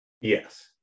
Yes